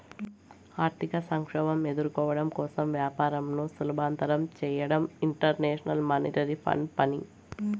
ఆర్థిక సంక్షోభం ఎదుర్కోవడం కోసం వ్యాపారంను సులభతరం చేయడం ఇంటర్నేషనల్ మానిటరీ ఫండ్ పని